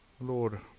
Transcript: Lord